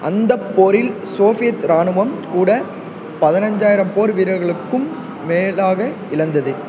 அந்தப் போரில் சோஃபியத் ராணுவம் கூட பதினைஞ்சாயிரம் போர் வீரர்களுக்கும் மேலாக இழந்தது